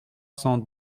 cent